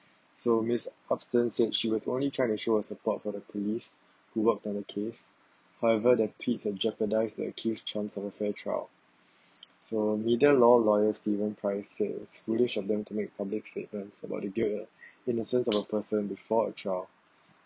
so miss upston said she was only trying to show of her support for the police who worked on the case however the tweets have jeopardized the accused's chance of a fair trial so media law lawyer steven price said it's foolish of them to make public statements about the guilt innocence of a person before a trial